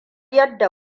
yadda